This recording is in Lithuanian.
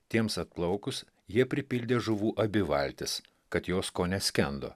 tiems atplaukus jie pripildė žuvų abi valtis kad jos kone skendo